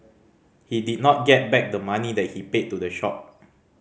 he did not get back the money that he paid to the shop